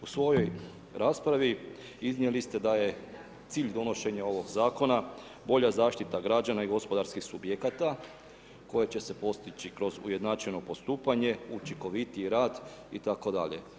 U svojoj raspravi iznijeli ste da je cilj donošenja ovog zakona bolja zaštita građana i gospodarskih subjekata koja će se postići kroz ujednačeno postupanje, učinkovitiji rad itd.